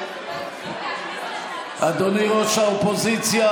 אדוני ראש האופוזיציה,